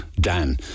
Dan